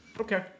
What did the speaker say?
Okay